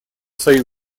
союза